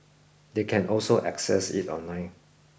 they can also access it online